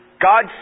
God